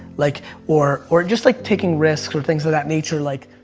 like or or just like taking risks or things of that nature. like